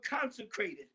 consecrated